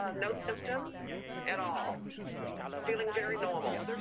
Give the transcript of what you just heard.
ah no symptoms at all feeling very normal.